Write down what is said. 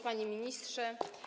Panie Ministrze!